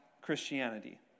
Christianity